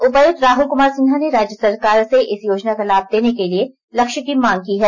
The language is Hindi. उपायुक्त राहुल कुमार सिन्हा ने राज्य सरकार से इस योजना का लाभ देने के लिए लक्ष्य की मांग की है